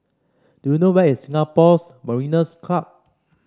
do you know where is Singapore Mariners' Club